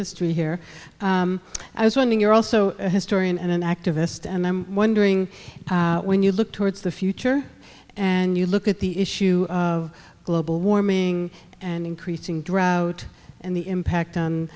history here i was one you're also a historian and an activist and i'm wondering when you look towards the future and you look at the issue of global warming and increasing drought and the impact on